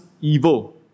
evil